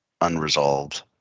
unresolved